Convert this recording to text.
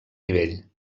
nivell